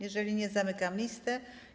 Jeżeli nie, zamykam listę.